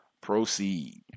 Proceed